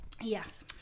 yes